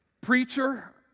preacher